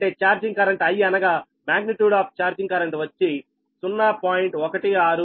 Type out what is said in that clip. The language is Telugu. అంటే చార్జింగ్ కరెంట్ I అనగా మాగ్నిట్యూడ్ ఆఫ్ చార్జింగ్ కరెంటు వచ్చి 0